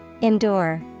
Endure